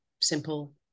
simple